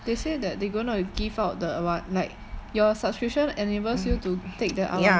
they say that they going to give out the what like your subscription enables you to take the awana right